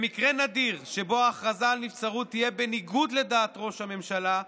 במקרה נדיר שבו ההכרזה על נבצרות תהיה בניגוד לדעת ראש הממשלה,